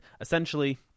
essentially